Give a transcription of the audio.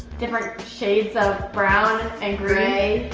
different shades of brown and and gray.